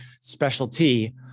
specialty